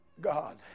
god